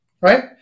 right